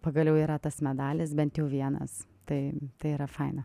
pagaliau yra tas medalis bent jau vienas tai tai yra faina